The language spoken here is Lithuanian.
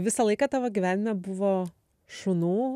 visą laiką tavo gyvenime buvo šunų